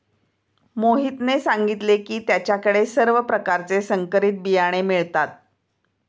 मोहितने सांगितले की त्याच्या कडे सर्व प्रकारचे संकरित बियाणे मिळतात